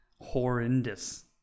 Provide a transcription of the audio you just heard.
horrendous